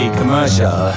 commercial